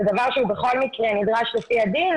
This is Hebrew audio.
זה דבר שבכל מקרה נדרש לפי הדין,